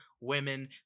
women